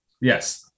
Yes